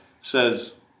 says